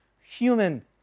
human